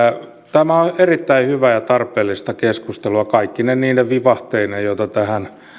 tämä on erittäin hyvää ja tarpeellista keskustelua kaikkine niine vivahteineen joita tähän